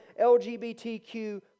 LGBTQ